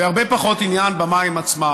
והרבה פחות עניין במים עצמם.